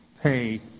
pay